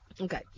Okay